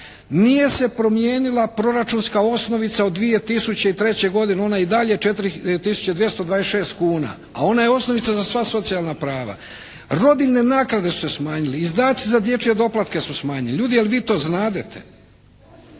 nije se promijenila proračunska osnovica od 2003. godine, ona je i dalje 4 tisuće 226 kuna, a ona je osnovica za sva socijalna prava. Rodiljne naknade su se smanjile, izdaci za dječje doplatke su smanjene. Ljudi je li vi to znadete?